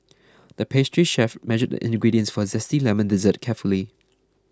the pastry chef measured the ingredients for a Zesty Lemon Dessert carefully